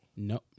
No